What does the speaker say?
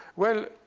well,